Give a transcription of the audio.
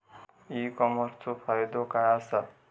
E कॉमर्सचो फायदो काय असा?